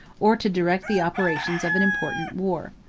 or to direct the operations of an important war.